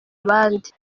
abandi